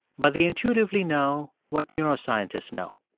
but they intuitively know what neuroscientists know.